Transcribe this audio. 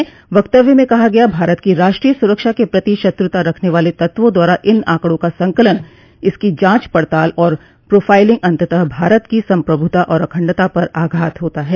वक्तव्य में कहा गया भारत की राष्ट्रीय सुरक्षा के प्रति शत्रुता रखने वाले तत्वों द्वारा इन आंकड़ों का संकलन इसकी जांच पड़ताल और प्रोफाइलिंग अंततः भारत की संप्रभुता और अखंडता पर आघात होता है